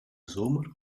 zomer